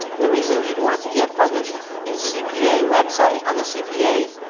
the reason you'd want to get published in cpa website on the cpa.